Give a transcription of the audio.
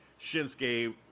Shinsuke